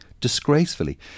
disgracefully